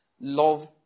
Love